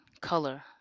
color